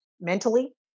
mentally